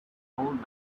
old